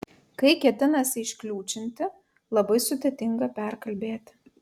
kai ketinasi iškliūčinti labai sudėtinga perkalbėti